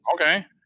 Okay